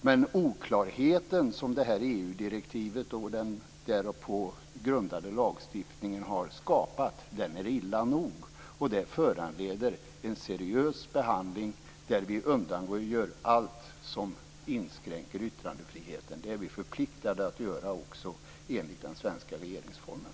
Men oklarheten som det här EU-direktivet och den därpå grundade lagstiftningen har skapat är illa nog. Det föranleder en seriös behandling, där vi undanröjer allt som inskränker yttrandefriheten. Det är vi förpliktade att göra också enligt den svenska regeringsformen.